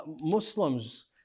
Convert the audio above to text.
Muslims